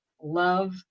love